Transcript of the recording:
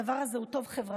הדבר הזה הוא טוב חברתית,